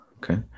Okay